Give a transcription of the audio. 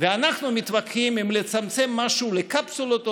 ואנחנו מתווכחים אם לצמצם משהו לקפסולות או